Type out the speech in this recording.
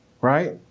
right